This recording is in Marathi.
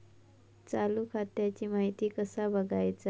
चालू खात्याची माहिती कसा बगायचा?